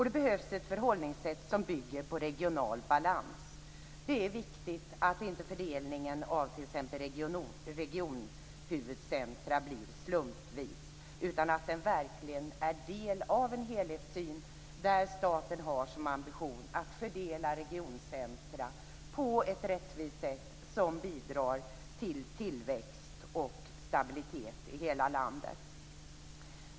Då behövs ett förhållningssätt som bygger på regional balans. Det är viktigt att inte fördelningen av t.ex. regionhuvudcentrum bli slumpvis utan att den verkligen är del av en helhetssyn, där staten har som ambition att fördela regioncentrum på ett rättvist sätt som bidrar till tillväxt och stabilitet i hela landet.